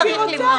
לא צריך למנוע.